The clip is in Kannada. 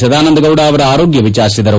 ಸದಾನಂದಗೌಡ ಅವರ ಆರೋಗ್ಯ ವಿಚಾರಿಸಿದರು